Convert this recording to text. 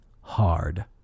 hard